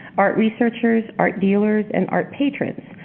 art researchers, art dealers and art patrons.